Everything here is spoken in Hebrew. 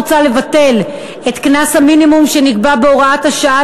מוצע לבטל את קנס המינימום שנקבע בהוראת השעה